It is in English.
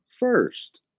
first